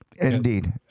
Indeed